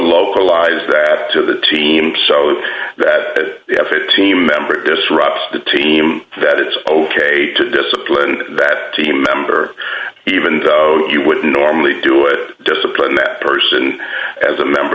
localize that to the team so that they have a team member disrupt the team that it's ok to discipline that to a member even though you would normally do it discipline that person as a member